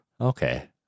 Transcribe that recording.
Okay